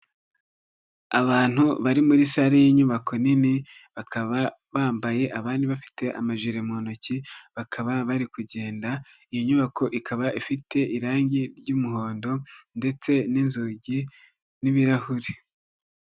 Abantu bari muri sare y'inyubako nini bakaba bambaye abandi bafite amajire mu ntoki bakaba bari kugenda, iyi nyubako ikaba ifite irange ry'umuhondo ndetse n'inzugi n'ibirahuri.